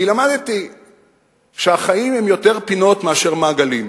כי למדתי שהחיים הם יותר פינות מאשר מעגלים,